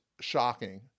shocking